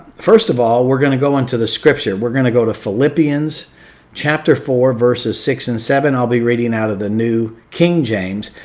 first of all we're going to go into the scripture. we're going to go to philippians chapter four, verses six and seven. i'll be reading out of the new king james,